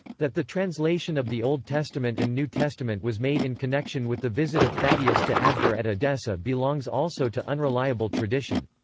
that the translation of the old testament and new testament was made in connection with the visit of thaddaeus to abgar at edessa belongs also to unreliable tradition.